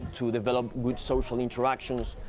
to develop good social interactions.